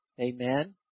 Amen